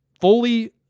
fully